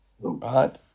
Right